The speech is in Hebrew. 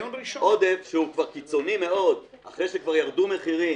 עודף שהוא כבר קיצוני מאוד אחרי שכבר ירדו מחירים